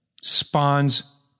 spawns